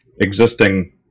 existing